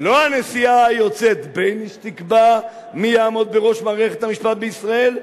לא הנשיאה היוצאת בייניש תקבע מי יעמוד בראש מערכת המשפט בישראל,